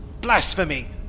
Blasphemy